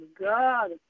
God